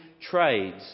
trades